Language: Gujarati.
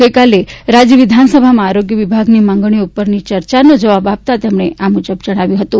ગઇકાલે રાજ્ય વિધાનસભામાં આરોગ્ય વિભાગની માગણીઓ ઉપરની ચર્ચાનો જવાબ આપતાં તેમણે આ પ્રમાણે જણાવ્યું હતું